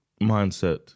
mindset